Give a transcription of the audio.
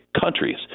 countries